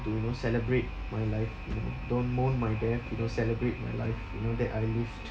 to you know celebrate my life you know don't mourn my death you know celebrate my life you know that I lived